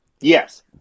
yes